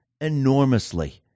enormously